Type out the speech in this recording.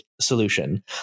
solution